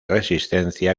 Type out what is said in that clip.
resistencia